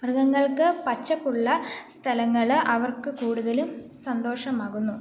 മൃഗങ്ങൾക്കു പച്ചപ്പുള്ള സ്ഥലങ്ങൾ അവർക്ക് കൂടുതലും സന്തോഷമാകുന്നു